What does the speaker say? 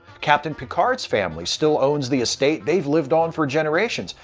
captain picard's family still owns the estate they've lived on for generations,